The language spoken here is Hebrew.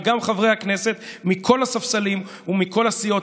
וגם חברי הכנסת מכל הספסלים ומכל הסיעות,